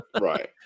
right